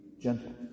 gentle